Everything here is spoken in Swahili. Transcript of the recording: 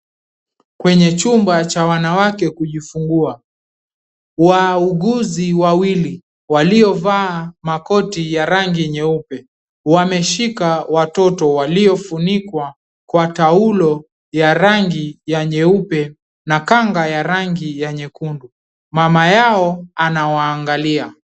Kwenye chumba cha wanawake kujifungua. Wauguzi wawili waliovaa koti ya rangi nyeupe, wameshika watoto waliofunikwa kwa taulo ya rangi ya nyeupe na kanga ya rangi ya nyekundu. Mama yao anawaangalia.